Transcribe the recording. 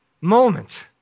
moment